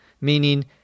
Meaning